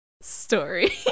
story